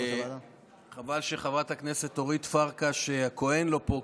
חבל שחברת הכנסת אורית פרקש הכהן לא פה,